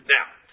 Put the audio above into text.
Now